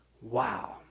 Wow